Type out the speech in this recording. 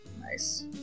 Nice